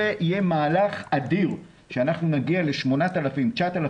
זה יהיה מהלך אדיר שאנחנו נגיע ל-9,000-8,000